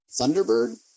Thunderbird